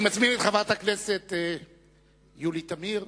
אני מזמין את חברת הכנסת יולי תמיר,